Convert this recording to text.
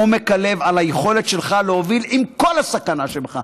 מעומק הלב על היכולת שלך להוביל, עם כל הסכנה שבך.